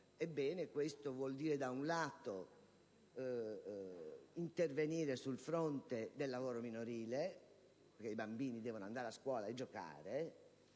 Ebbene, ciò comporta da un lato un intervento sul fronte del lavoro minorile, perché i bambini devono andare a scuola e giocare,